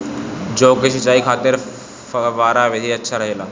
जौ के सिंचाई खातिर फव्वारा विधि अच्छा रहेला?